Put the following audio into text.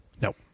Nope